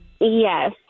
Yes